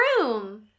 room